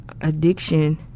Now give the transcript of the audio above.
addiction